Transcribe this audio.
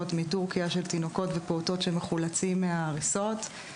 מטורקיה של תינוקות ופעוטות שמחולצים מההריסות.